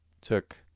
took